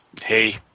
hey